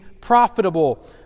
profitable